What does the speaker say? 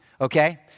okay